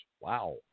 Wow